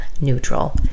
neutral